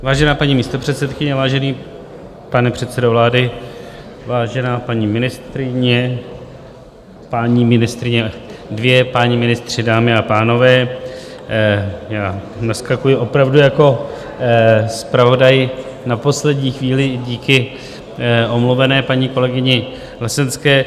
Vážená paní místopředsedkyně, vážený pane předsedo vlády, vážená paní ministryně, paní ministryně dvě, páni ministři, dámy a pánové, naskakuji opravdu jako zpravodaj na poslední chvíli díky omluvené paní kolegyni Lesenské.